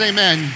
Amen